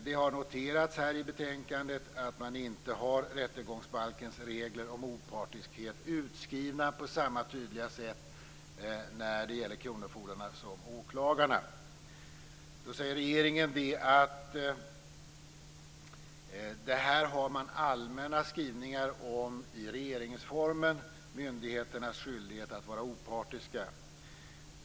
Det har noterats i betänkandet att rättegångsbalkens regler och opartiskhet inte finns utskrivna på samma tydliga sätt när det gäller kronofogdarna som när det gäller åklagarna. Regeringen säger att det finns allmänna skrivningar om detta i Regeringsformen, Myndigheternas skyldighet att vara opartiska.